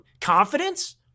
confidence